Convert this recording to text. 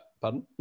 Pardon